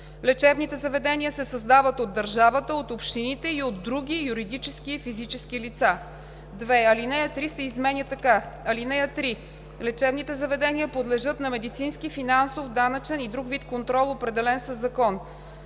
Лечебните заведения се създават от държавата, от общините и от други юридически и физически лица.“ 2. Ал. 3 се изменя така: „(3) Лечебните заведения подлежат на медицински, финансов, данъчен и друг вид контрол, определен със закон.“